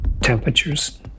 temperatures